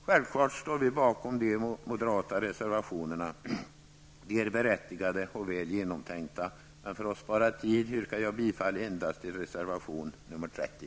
Självfallet står vi bakom de moderata reservationerna. De är berättigade och väl genomtänkta. Men för att spara tid yrkar jag bifall enbart till reservation nr 30.